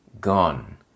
gone